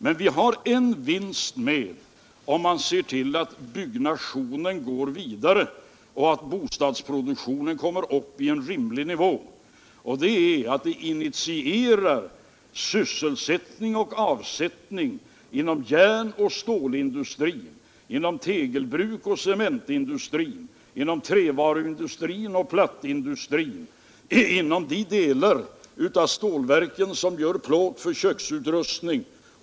Men vi kan också få en ytterligare vinst om man ser till att byggnadsverksamheten kan löpa vidare och att bostadsproduktionen kommer upp på en rimlig nivå, nämligen att man initierar sysselsättning och avsättning inom järnoch stålindustrin, inom tegelbruken och cementindustrin, inom trävaruoch plattindustrin och inom de delar av stålverken som gör plåt för köksutrustning.